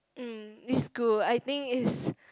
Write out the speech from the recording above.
umm is cool I think is